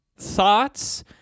thoughts